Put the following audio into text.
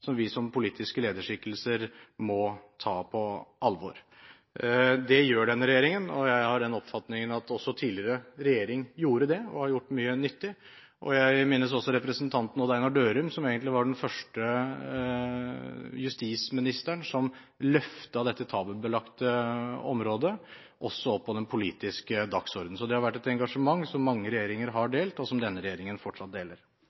vi som politiske lederskikkelser må ta på alvor. Det gjør denne regjeringen, og jeg oppfatter det slik at også tidligere regjering gjorde det og gjorde mye nyttig. Jeg minnes også Odd Einar Dørum, som egentlig var den første justisministeren som løftet dette tabubelagte området opp på den politiske dagsordenen. Det har vært et engasjement som mange regjeringer har delt, og som denne regjeringen fortsatt deler.